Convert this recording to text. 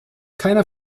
keine